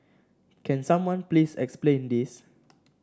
can someone please explain this